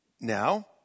Now